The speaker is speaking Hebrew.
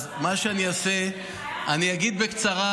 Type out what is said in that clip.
אז מה שאני אעשה, אני אגיד בקצרה: